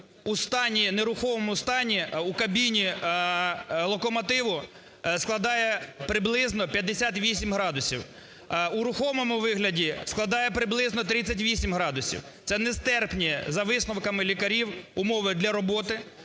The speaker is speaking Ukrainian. нерухомому стані, в кабіні локомотиву складає приблизно 58 градусів, у рухомому вигляді складає приблизно 38 градусів. Це нестерпні, за висновками лікарів, умови для роботи.